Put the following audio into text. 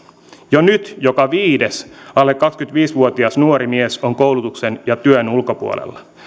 jo nyt joka viides alle kaksikymmentäviisi vuotias nuori mies on koulutuksen ja työn ulkopuolella